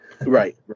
Right